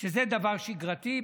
שזה דבר שגרתי.